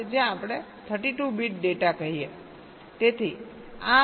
તેથી આ અને ત્યાં 8 બીટ એડ્રેસ બસ છે